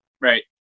right